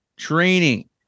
training